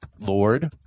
Lord